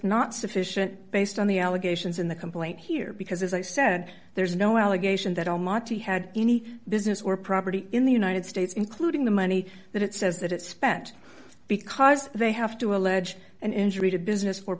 not sufficient based on the allegations in the complaint here because as i said there's no allegation that all marty had any business or property in the united states including the money that it says that it's spent because they have to allege an injury to a business or